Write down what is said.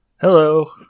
Hello